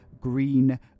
green